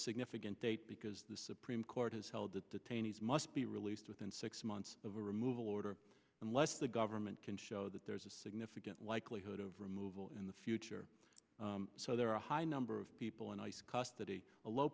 significant date because the supreme court has held that detainees must be released within six months of a removal order unless the government can show that there is a significant likelihood of removal in the future so there are a high number of people in ice custody a low